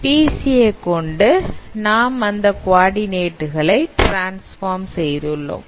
PCA கொண்டு நாம் coordinate களை டிரான்ஸ்பார்ம் செய்துள்ளோம்